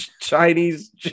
Chinese